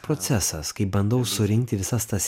procesas kai bandau surinkti visas tas